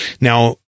Now